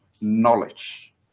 knowledge